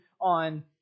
on